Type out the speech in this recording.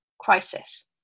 crisis